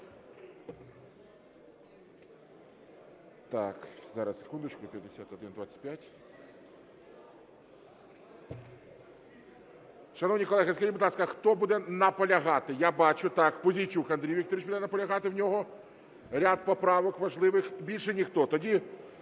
Вікторія Олександрівна. Шановні колеги, скажіть, будь ласка, хто буде наполягати? Я бачу, так, Пузійчук Андрій Вікторович буде наполягати, у нього ряд поправок важливих. Більше ніхто.